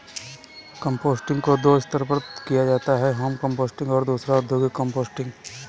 composting को दो स्तर पर किया जाता है होम कंपोस्टिंग और दूसरा औद्योगिक कंपोस्टिंग